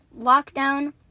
lockdown